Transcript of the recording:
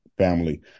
family